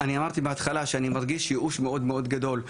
אני אמרתי בהתחלה שאני מרגיש ייאוש מאוד מאוד גדול,